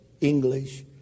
English